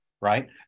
Right